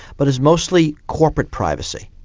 but it's mostly corporate privacy.